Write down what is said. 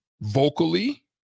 Vocally